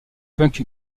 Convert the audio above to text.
punk